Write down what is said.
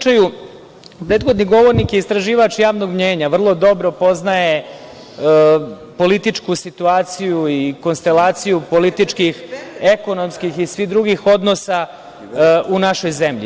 Prethodni govornik je istraživač javnog mnjenja i vrlo dobro poznaje političku situaciju i konstelaciju političkih, ekonomskih i svih drugih odnosa u našoj zemlji.